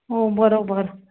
हो बरोबर